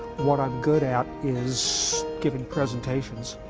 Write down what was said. what i'm good at is giving presentations.